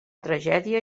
tragèdia